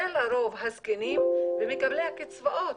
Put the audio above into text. זה לרוב הזקנים ומקבלי הקצבאות.